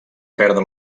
perdre